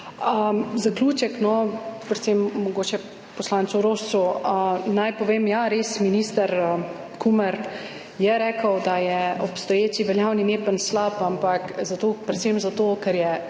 Zaključek. Mogoče predvsem poslancu Roscu naj povem, ja, res, minister Kumer je rekel, da je obstoječi veljavni NEPN slab, ampak predvsem zato, ker je